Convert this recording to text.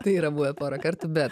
tai yra buvę porą kartų bet